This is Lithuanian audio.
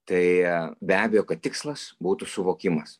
tai be abejo kad tikslas būtų suvokimas